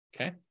Okay